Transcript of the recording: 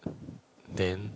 then